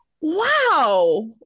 wow